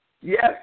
Yes